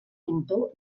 pintor